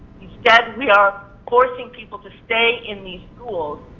instead we are forcing people to stay in these schools,